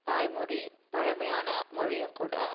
தாய்மொழி பழமையான மொழியும் கூட